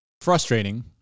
Frustrating